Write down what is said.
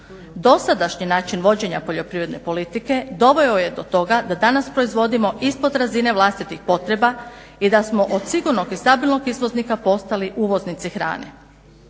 Dosadašnji način vođenja poljoprivredne politike doveo je do toga da danas proizvodimo ispod razine vlastitih potreba i da smo od sigurnog i stabilnog izvoznika postali uvoznici hrane.